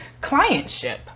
clientship